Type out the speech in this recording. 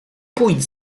pójdź